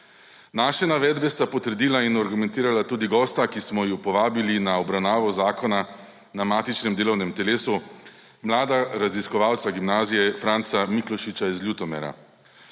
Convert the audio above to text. Naše navedbe sta potrdila in argumentirala tudi gosta, ki smo ju povabili na obravnavo zakona na matičnem delovnem telesu, mlada raziskovalca Gimnazije Franca Miklošiča iz Ljutomera.